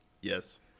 Yes